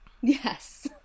Yes